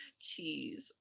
Jeez